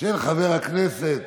של חבר הכנסת